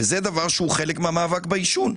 זה דבר שהוא חלק מהמאבק בעישון.